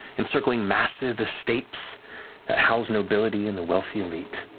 encircling massive estates that house nobility and the wealthy elite.